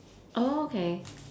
oh K